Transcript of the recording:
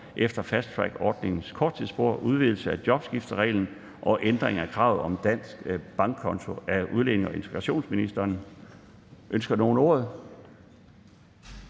efter fasttrackordningens korttidsspor, udvidelse af jobskiftereglen og ændring af kravet om dansk bankkonto). Af udlændinge- og integrationsministeren (Kaare Dybvad